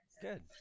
good